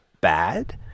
bad